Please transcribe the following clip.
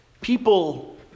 People